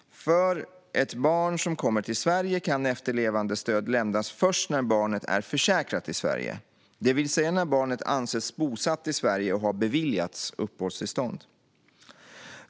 För ett barn som kommer till Sverige kan efterlevandestöd lämnas först när barnet är försäkrat i Sverige, det vill säga när barnet anses bosatt i Sverige och har beviljats uppehållstillstånd.